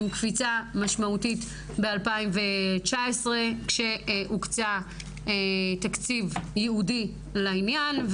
עם קפיצה משמעותית ב-2019 כשהוקצה תקציב ייעודי לעניין,